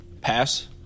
Pass